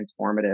transformative